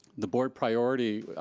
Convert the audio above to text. the board priority,